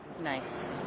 Nice